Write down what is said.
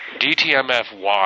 DTMFY